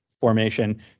formation